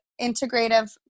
integrative